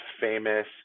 famous